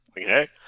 okay